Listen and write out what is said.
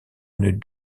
une